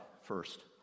first